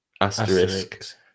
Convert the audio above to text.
Asterisk